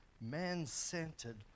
man-centered